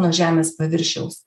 nuo žemės paviršiaus